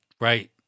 right